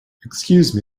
excuse